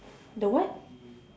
the what